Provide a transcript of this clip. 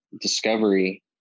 Discovery